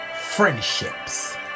Friendships